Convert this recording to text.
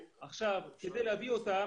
כדי להביא אותם,